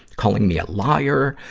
calling me a liar,